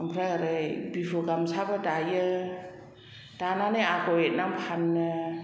ओमफ्राय ओरै बिहु गामसाबो दायो दानानै आगर एरनानै फानो